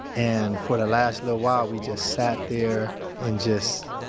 and for the last little while, we just sat there in just,